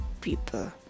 people